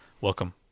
Welcome